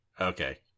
Okay